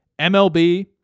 MLB